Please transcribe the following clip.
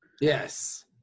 yes